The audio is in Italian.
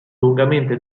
lungamente